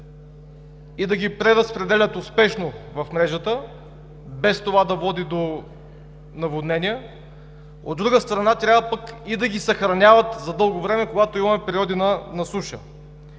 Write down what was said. и да ги преразпределят успешно в мрежата, без това да води до наводнения. От друга страна, трябва и да ги съхраняват за дълго дреме, когато имаме периоди на суша.